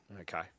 okay